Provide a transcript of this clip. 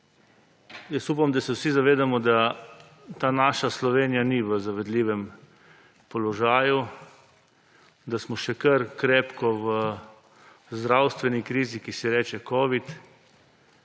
upam, da se vsi zavedamo, da ta naša Slovenija ni v zavidljivem položaju, da smo še kar krepko v zdravstveni krizi, ki si je reče covid,